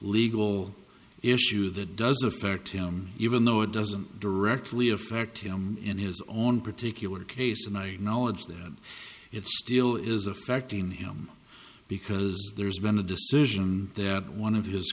legal issue that does affect him even though it doesn't directly affect him in his own particular case and i knowledge that it still is affecting him because there's been a decision that one of his